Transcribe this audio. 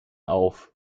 auf